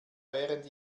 während